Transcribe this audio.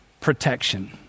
protection